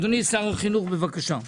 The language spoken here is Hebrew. אדוני שר החינוך, בבקשה.